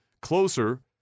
closer